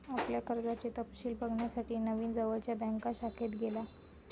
आपल्या कर्जाचे तपशिल बघण्यासाठी नवीन जवळच्या बँक शाखेत गेला